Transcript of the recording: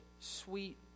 sweet